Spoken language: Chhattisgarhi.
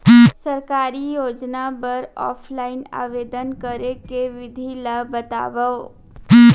सरकारी योजना बर ऑफलाइन आवेदन करे के विधि ला बतावव